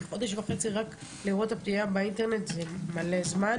אם זה חודש וחצי רק כדי לראות את הפנייה באינטרנט אז זה מלא זמן.